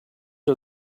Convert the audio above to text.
are